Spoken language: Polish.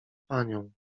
panią